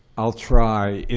i'll try.